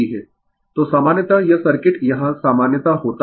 Refer slide Time 0413 तो सामान्यतः यह सर्किट यहाँ सामान्यतः होता है